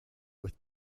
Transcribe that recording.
with